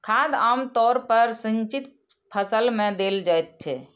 खाद आम तौर पर सिंचित फसल मे देल जाइत छै